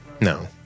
No